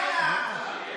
יאללה.